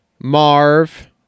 Marv